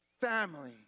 Family